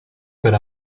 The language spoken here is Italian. per